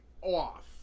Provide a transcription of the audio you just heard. off